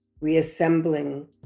reassembling